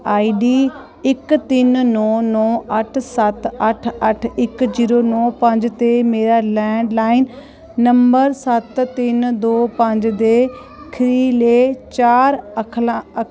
ID इक तिन्न नौ नौ अट्ठ सत्त अट्ठ अट्ठ इक जीरो नौ पंज ते मेरा लैंडलाइन नंबर सत्त तिन्न दो पंज दे खीरले चार अखला